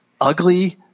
ugly